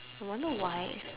I wonder why